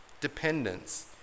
dependence